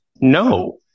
no